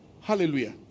hallelujah